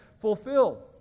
fulfilled